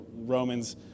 Romans